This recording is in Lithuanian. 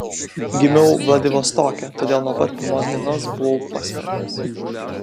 gimiau vladivostoke todėl nuo pat pirmos dienos buvau pasmerktas